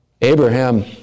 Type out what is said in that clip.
Abraham